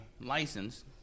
license